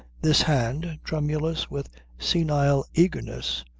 this hand, tremulous with senile eagerness,